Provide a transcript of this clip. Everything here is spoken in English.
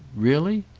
really?